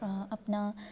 अपना